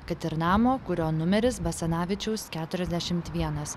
kad ir namo kurio numeris basanavičiaus keturiasdešimt vienas